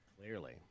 Clearly